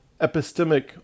epistemic